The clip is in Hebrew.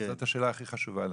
זאת השאלה הכי חשובה לנו.